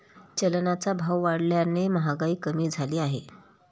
चलनाचा भाव वाढल्याने महागाई कमी झाली आहे